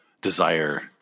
desire